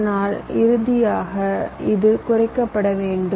ஆனால் இறுதியாக இது குறைக்கப்பட வேண்டும்